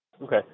Okay